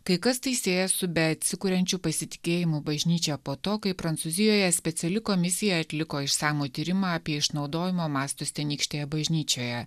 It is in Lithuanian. kai kas tai sieja su beatsikuriančiu pasitikėjimu bažnyčia po to kai prancūzijoje speciali komisija atliko išsamų tyrimą apie išnaudojimo mastus tenykštėje bažnyčioje